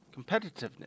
competitiveness